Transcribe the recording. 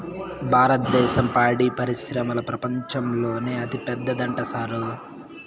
భారద్దేశం పాడి పరిశ్రమల ప్రపంచంలోనే అతిపెద్దదంట సారూ